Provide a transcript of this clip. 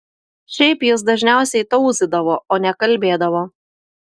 šiaip jis dažniausiai tauzydavo o ne kalbėdavo